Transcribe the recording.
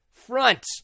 front